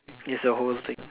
it's a whole thing